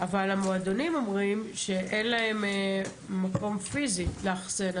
אבל המועדונים אומרים שאין להם מקום פיזי לאחסן,